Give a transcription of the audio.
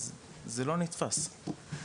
זה לא נתפס,